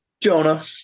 Jonah